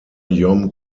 yom